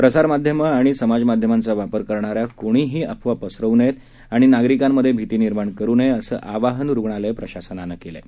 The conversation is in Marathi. प्रसार माध्यमांनी आणि समाजमाध्यमांचा वापर करणाऱ्यांनी कुठल्याही अफवा पसरवू नयेत आणि नागरिकांमध्ये घबराट निर्माण करू नये असं आवाहन रुग्णालय प्रशासनानं केलं आहे